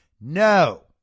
No